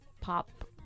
Pop